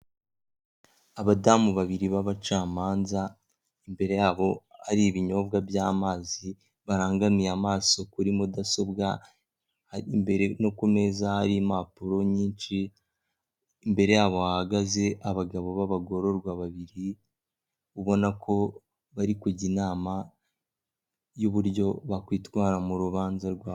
Abadamu babiri b'abacamanza imbere yabo hari ibinyobwa by'amazi barangamiye amaso kuri mudasobwa, no ku meza hari impapuro nyinshi imbere yabo hahagaze abagabo b'abagororwa babiri, ubona ko bari kujya inama y'uburyo bakwitwara mu rubanza rwabo.